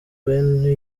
bene